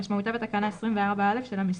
כמשמעותה בתקנה 24(א) של המסגרת,